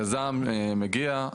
יזם מגיע,